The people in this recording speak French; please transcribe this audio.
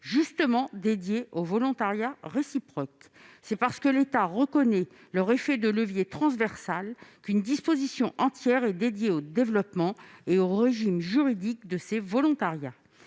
justement pour objet les volontariats réciproques. C'est parce que l'État reconnaît leur effet de levier transversal qu'une disposition entière est consacrée au développement et au régime juridique de ces volontariats.